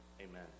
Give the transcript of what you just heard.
Amen